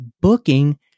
booking